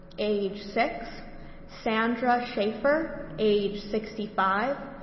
age six sandra shaffer age sixty five,